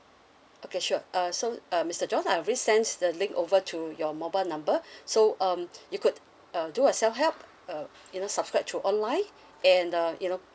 okay sure uh so uh mister john I already send the link over to your mobile number so um you could um do yourself help uh you know subscribe to online and uh you know